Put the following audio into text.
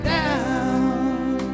down